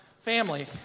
family